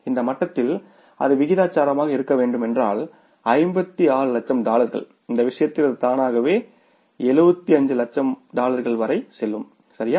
இந்த மட்டத்தில் அது விகிதாசாரமாக இறங்க வேண்டும் என்றால் 56 லட்சம் டாலர்கள் இந்த விஷயத்தில் அது தானாகவே 72 லட்சம் டாலர்கள் வரை செல்லும் சரியா